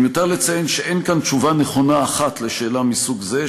מיותר לציין שאין כאן תשובה נכונה אחת על שאלה מסוג זה.